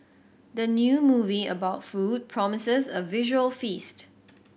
the new movie about food promises a visual feast